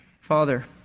Father